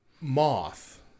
moth